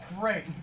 great